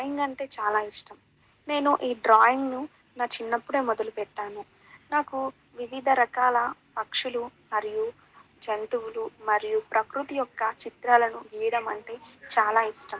drawing అంటే చాలా ఇష్టం నేను ఈ డ్రాయింగ్ను నా చిన్నప్పుడే మొదలుపెట్టాను నాకు వివిధ రకాల పక్షులు మరియు జంతువులు మరియు ప్రకృతి యొక్క చిత్రాలను గీయడం అంటే చాలా ఇష్టం